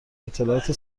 اطلاعات